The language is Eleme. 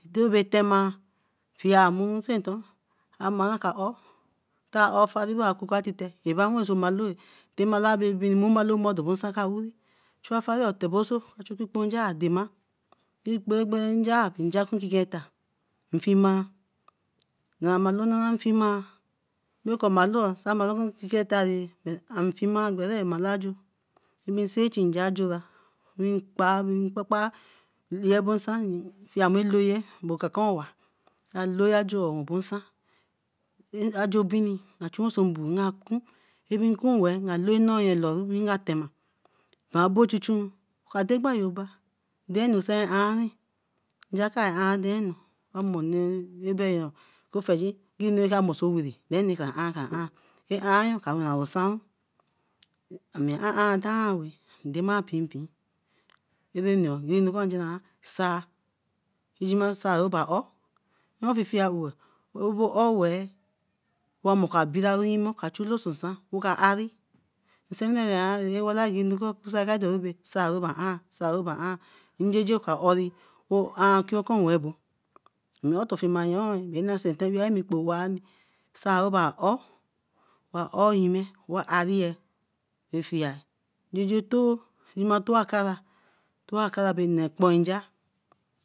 Do me tema fiemuro senton, a mai ka oou ta oou afari bra akukwa titen aka wen soe mbaloo eh, te mbaloo a bere bini, dobo nsan ka uri, ka ohu afari oo tabeso achu ekpon-nja adema, gbengben nja ka meta nfiema, jara mbaolo mfiema ko maolo o kiken ete oo am fiema gbere sin chu nja jura, wee kpae, rin kpapan lao abo nsan fieme loo-ye nju wen bosan fiemi looye okaka-owa ka looya when boonsan, ade obina na kun, kun well, nka looy nnoi ye looru anga tema nah bo chu chun, denu sey ahn, njakar ahn denu. Omo nee ebeyo kofiegin gree wen sai wen so oweree kra ahn, kra ahn. E ahn ka wensaru osan. Ami ahn ahn ntar weey, indema pein pein. Ra enukor jaraore a eaai jima sai raba ore ra ore wee wa mo kor ka bira oka chu looso nsan weey ka ari, nsewine ra wala anukor sai ra ba ahn sai ra ba ahn, njeje ka oree and ken okun wen abo. Nno chio otor bae na sente kpo wani sai we bae ore, wa ore yime way ariye a fie etoo yima toe akara, toe akara bay nne kpon nja